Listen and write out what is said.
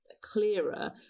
clearer